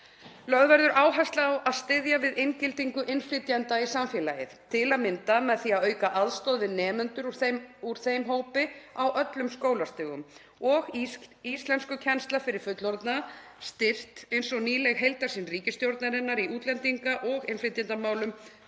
Lögð verður áhersla á að styðja við inngildingu innflytjenda í samfélagið, til að mynda með því að auka aðstoð við nemendur úr þeim hópi á öllum skólastigum og í íslenskukennsla fyrir fullorðna styrkt eins og nýleg heildarsýn ríkisstjórnarinnar í útlendinga- og innflytjendamálum